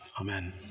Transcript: amen